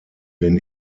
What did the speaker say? den